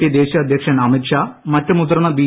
P ദേശ്വീയ് അധ്യക്ഷൻ അമിത് ഷാ മറ്റ് മുതിർന്ന ബി